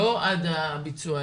לא עד הביצוע,